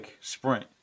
sprint